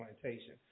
plantation